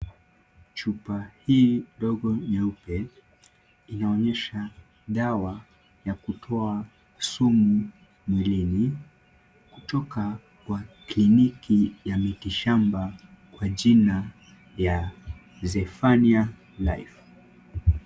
Chupa hii ndogo nyeupe inaonyesha dawa ya kutoa sumu mwilini kutoka kwa kliniki ya mitishamba kwa jina ya Zefaniah Life.